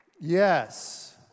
Yes